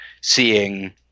seeing